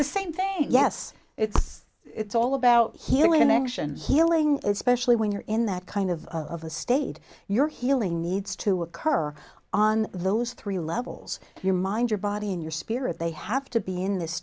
the same thing yes it's it's all about healing in action healing especially when you're in that kind of of a state your healing needs to occur on those three levels your mind your body and your spirit they have to be in this